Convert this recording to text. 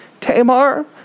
Tamar